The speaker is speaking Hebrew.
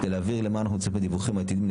3. כדי להבהיר למה אנו מצפים מהדיווחים העתידיים,